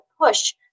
push